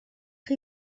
chi